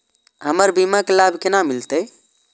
हमर बीमा के लाभ केना मिलते?